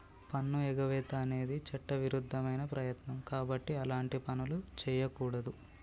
పన్నుఎగవేత అనేది చట్టవిరుద్ధమైన ప్రయత్నం కాబట్టి అలాంటి పనులు చెయ్యకూడదు